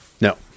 No